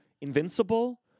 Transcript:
invincible